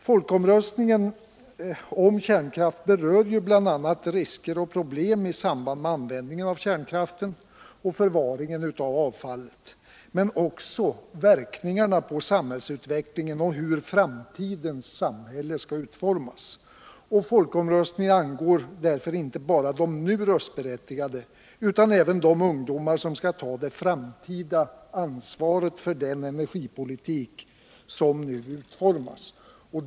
Folkomröstningen om kärnkraft berör bl.a. risker och problem i samband med användningen av kärnkraften och förvaringen av avfallet men också verkningarna på samhällsutvecklingen och hur framtidens samhälle skall utformas. Folkomröstningen angår därför inte bara de nu röstberättigade utan även de ungdomar som skall ta det framtida ansvaret för den energipolitik som nu utformas.